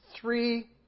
three